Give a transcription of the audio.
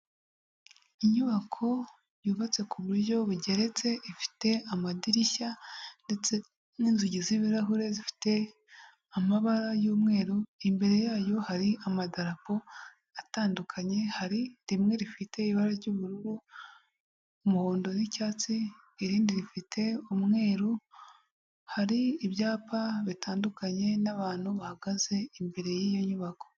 Inyubako yubatse ku buryo bugeretse ifite amadirishya ndetse n'inzugi z'ibirahure, zifite amabara y'umweru, imbere yayo hari amadarapo atandukanye hari rimwe rifite ibara ry'ubururu, umuhondo n'icyatsi, irindi rifite umweru, hari ibyapa bitandukanye n'abantu bahagaze imbere y'iyo nyubako.